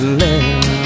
left